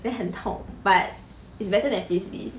then 很痛 but it's better than frisbee